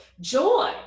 Joy